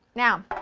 now,